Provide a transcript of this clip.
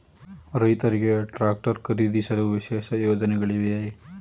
ರೈತರಿಗೆ ಟ್ರಾಕ್ಟರ್ ಖರೀದಿಸಲು ವಿಶೇಷ ಯೋಜನೆಗಳಿವೆಯೇ?